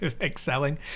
excelling